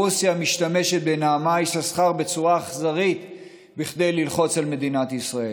רוסיה משתמשת בנעמה יששכר בצורה אכזרית כדי ללחוץ על מדינת ישראל.